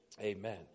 Amen